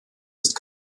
ist